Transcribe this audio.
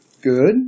Good